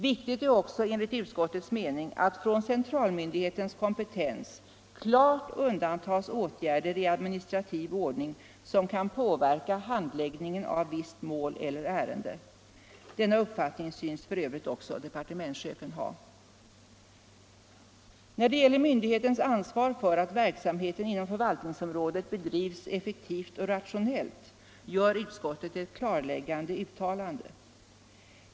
Viktigt är också enligt utskottets mening att från centralmyndighetens kompetens klart undantas åtgärder i administrativ ordning som kan påverka handläggningen av visst mål eller ärende. Denna uppfattning synes f.ö. också departementschefen ha. När det gäller myndighetens ansvar för att verksamheten inom förvaltningsområdet bedrivs effektivt och rationellt gör utskottet ett klarläggande uttalande.